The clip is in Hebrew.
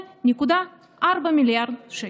48.4 מיליארד שקל.